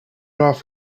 off